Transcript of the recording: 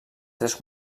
tres